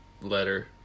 letter